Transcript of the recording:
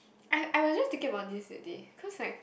I I was just thinking about this that day cause like